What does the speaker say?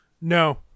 No